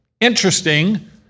Interesting